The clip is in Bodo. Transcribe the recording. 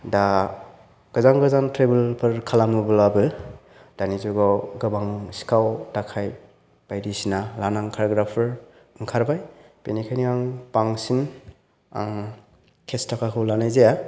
दा गोजान गोजान ट्रेभेल फोर खालामोब्लाबो दानि जुगाव गोबां सिखाव दाखाइथ बायदिसिना लानानै खारग्राफोर ओंखारबाय बेनिखायनो आं बांसिन आं केस थाखाखौ लानाय जाया